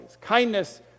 kindness